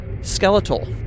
skeletal